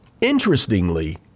Interestingly